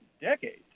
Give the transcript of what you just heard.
decade